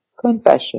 confession